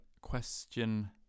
question